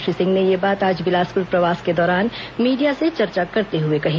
श्री सिंह ने यह बात आज बिलासपुर प्रवास के दौरान मीडिया से चर्चा करते हुए कही